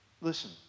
Listen